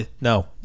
No